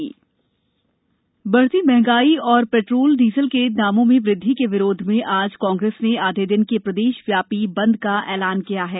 कांग्रेस बंद बढ़ती महंगाई और पेट्रोल डीजल के दामों में वृद्धि के विरोध में आज कांग्रेस ने आधे दिन के प्रदेशव्यापी बंद का ऐलान किया है